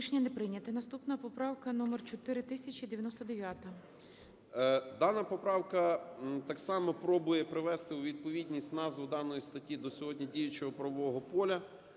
Дана поправка так само пробує привести у відповідність назву даної статті до сьогодні діючого правового поля.